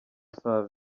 save